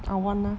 awana